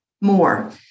more